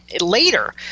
later